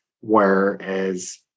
whereas